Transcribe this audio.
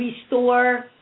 restore